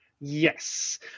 Yes